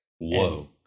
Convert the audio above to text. whoa